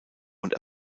und